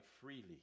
freely